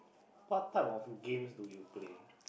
what type of games do you play